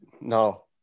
no